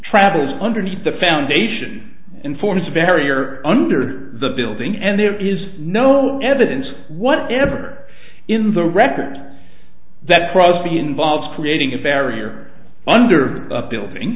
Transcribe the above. travels underneath the foundation and forms barrier under the building and there is no evidence whatever in the record that crosby involves creating a barrier under a building